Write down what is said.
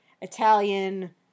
Italian